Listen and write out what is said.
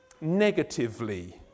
negatively